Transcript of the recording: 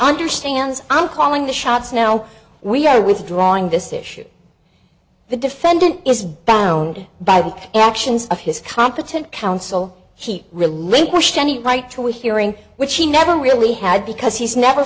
understands i'm calling the shots now we are withdrawing this issue the defendant is bound by the actions of his competent counsel she relinquished any right to a hearing which he never really had because he's never